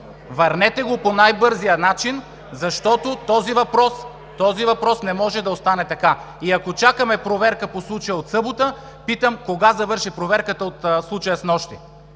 Върнете го по най-бързия начин, защото този въпрос не може да остане така! Ако чакаме проверка по случая от събота, питам: кога завърши проверката от случая снощи?